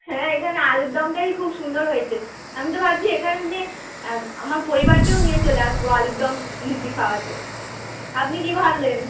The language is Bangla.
হ্যাঁ এইখানে আলুরদমটাই খুব সুন্দর হয়েছে আমি তো ভাবছি এইখানে আমার পরিবারকেও নিয়ে চলে আসবো আলুরদম লুচি খাওয়াতে আপনি কি ভাবলেন